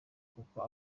kuko